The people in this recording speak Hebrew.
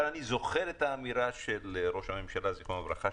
אבל אני זוכר את האמירה של ראש הממשלה שרון ז"ל